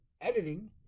editing